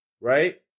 Right